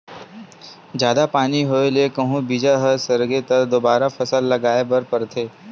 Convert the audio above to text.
जादा पानी होए ले कहूं बीजा ह सरगे त दोबारा फसल लगाए बर परथे